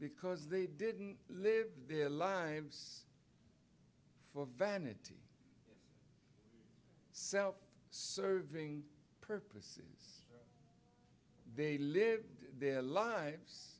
because they didn't live their lives for vanity self serving purposes they live their lives